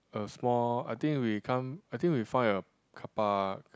a small I think we come I think we find a carpark